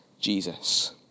Jesus